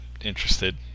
interested